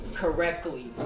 correctly